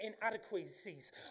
inadequacies